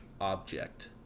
object